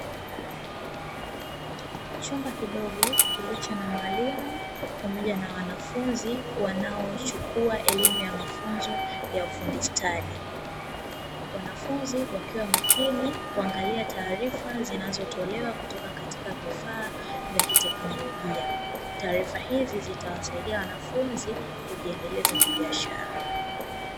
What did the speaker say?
Chumba kidogo kilicho na mwalimu pamoja na wanafunzi wanaochukua elimu ya mafunzo ya ufundi stadi, wanafunzi wakiwa makini kuangalia taarifa zinazotolewa kutoka katika vifaa vya kiteknolojia. Taarifa hizi zitawasaidia wanafunzi kujiendeleza kibiashara.